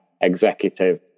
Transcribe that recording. executive